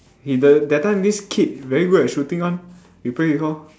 he the that time this kid very good at shooting [one] we play before